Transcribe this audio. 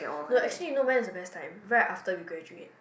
no actually you know when is the best time right after we graduate